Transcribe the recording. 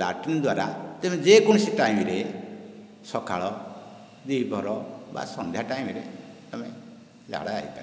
latrine ଦ୍ୱାରା ତୁମେ ଯେକୌଣସି ଟାଇମ୍ ରେ ସକାଳ ଦ୍ୱିପହର ବା ସନ୍ଧ୍ୟା ଟାଇମ୍ରେ ତୁମେ ଝାଡ଼ା ଯାଇପାରିବ